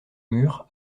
mur